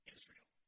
Israel